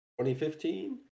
2015